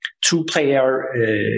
two-player